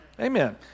Amen